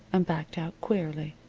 and backed out queerly,